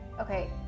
okay